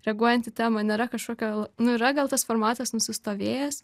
reaguojant į temą nėra kažkokio nu yra gal tas formatas nusistovėjęs